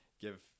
give